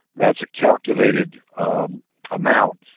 that's a calculated amount.